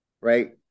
right